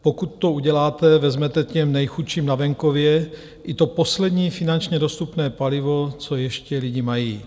Pokud to uděláte, vezmete těm nejchudším na venkově i to poslední finančně dostupné palivo, co ještě lidi mají.